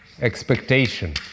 expectation